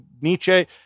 Nietzsche